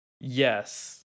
yes